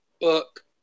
book